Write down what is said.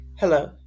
Hello